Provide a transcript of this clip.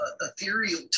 ethereal